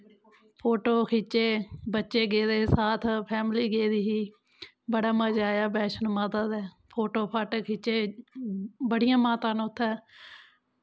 photo खिच्चे बच्चे गेदे हे साथ फैमली गेदे ही बड़ा मजा आया बैष्णो माता फोटो फाटो खिच्चे बड़ियांं माता न उत्थें